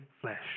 flesh